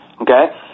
okay